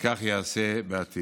וכך יעשה בעתיד.